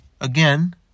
Again